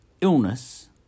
illness